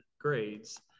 grades